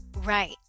Right